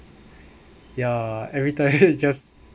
ya everytime just